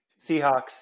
Seahawks